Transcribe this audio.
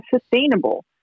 sustainable